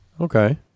Okay